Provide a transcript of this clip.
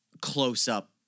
close-up